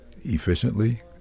efficiently